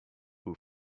who